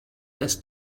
erst